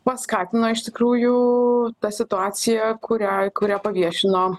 paskatino iš tikrųjų ta situacija kurią kurią paviešino